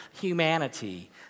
humanity